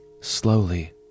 Slowly